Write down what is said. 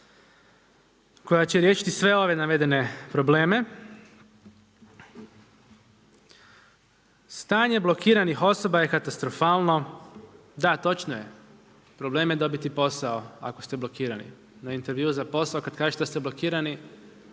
koja će riješiti sve ove navedene probleme. Stanje blokiranih osoba je katastrofalno, da točno je, problem je dobiti posao ako ste blokirani. Na intervjuu za posao kada kažete da ste blokirani,